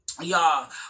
y'all